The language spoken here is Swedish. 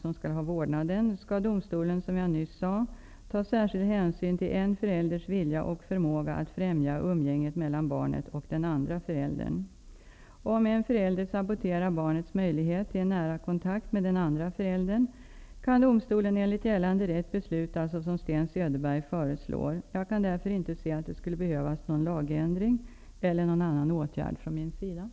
Om en av föräldrarna inte tar detta ansvar, varför överförs då inte vården av barnet till den förälder som bättre kan tillgodose barnets behov av en nära kontakt med båda sina föräldrar och andra för barnet viktiga personer? I Sverige finns i dag ca 250 000 barn som inte har någon eller har dålig kontakt med minst en av sina föräldrar.